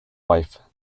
wife